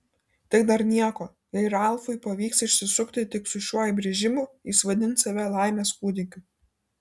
tai dar nieko jei ralfui pavyks išsisukti tik su šiuo įbrėžimu jis vadins save laimės kūdikiu